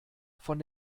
von